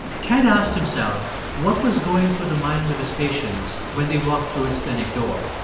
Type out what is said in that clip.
ted asked himself what was going through the minds of his patients when they walked through his clinic door.